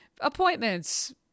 appointments